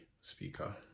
speaker